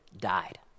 died